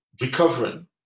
recovering